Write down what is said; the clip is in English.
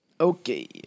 Okay